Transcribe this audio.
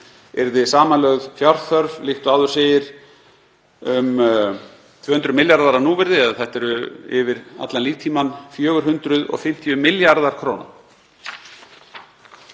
yrði samanlögð fjárþörf, líkt og áður segir, um 200 milljarðar að núvirði en þetta eru yfir allan líftímann 450 milljarðar kr.